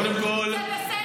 קודם כול --- זה בסדר?